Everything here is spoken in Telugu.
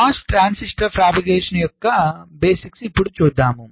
MOS ట్రాన్సిస్టర్ ఫాబ్రికేషన్ యొక్క బేసిక్ని చూద్దాం